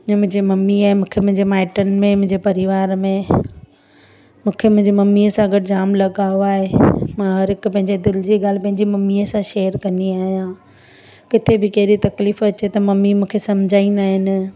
ऐं मुंहिंजे मम्मीअ मूंखे मुंहिंजे माइटनि में मुंहिंजे परिवार में मूंखे मुंहिंजी मम्मीअ गॾु सां जाम लॻाव आहे मां हर हिकु पंहिंजे दिलि जी ॻाल्हि पंहिंजी मम्मीअ सां शेयर कंदी आहियां किथे बि कहिड़ी तकलीफ़ अचे त मम्मी मूंखे सम्झाईंदा आहिनि